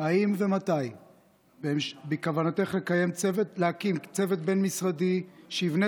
האם ומתי בכוונתך להקים צוות בין-משרדי שיבנה